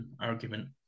argument